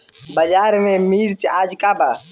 बाजार में मिर्च आज का बा?